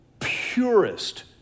purest